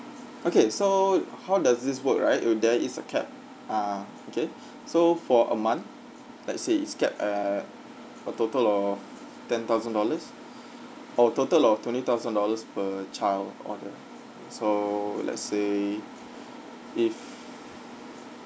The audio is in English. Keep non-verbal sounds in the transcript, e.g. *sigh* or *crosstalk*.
okay so how does this work right will there is a cap ah okay *breath* so for a month let's say it's capped at a total of ten thousand dollars oh total of twenty thousand dollars per child order so let's say if